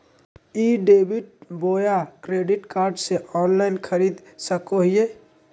ई debit बोया credit card से online खरीद सको हिए?